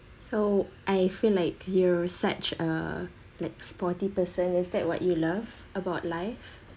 so I feel like you're such a like sporty person is that what you love about life